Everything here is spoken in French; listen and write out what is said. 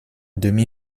demi